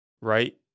right